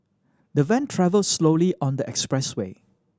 the van travelled slowly on the expressway